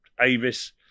Avis